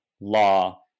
law